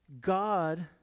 god